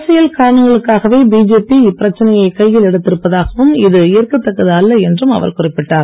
அரசியல் காரணங்களுக்காகவே பிஜேபி இப்பிரச்சனையை கையில் எடுத்திருப்பதாகவும் இது ஏற்கதக்கது அல்ல என்றும் அவர் குறிப்பிட்டார்